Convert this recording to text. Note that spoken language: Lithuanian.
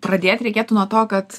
pradėt reikėtų nuo to kad